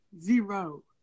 zero